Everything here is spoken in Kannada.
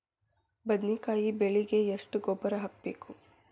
ಬದ್ನಿಕಾಯಿ ಬೆಳಿಗೆ ಎಷ್ಟ ಗೊಬ್ಬರ ಹಾಕ್ಬೇಕು?